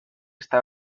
está